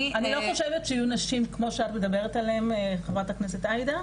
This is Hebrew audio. אני לא חושבת שיהיו נשים כמו שאת מדברת עליהן חברת הכנסת עאידה,